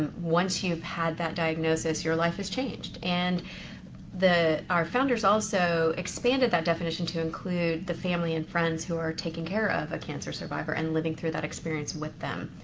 and once you've had that diagnosis, your life is changed, and the, our founders also expanded that definition to include the family and friends who are taking care of a cancer survivor and living through that experience with them.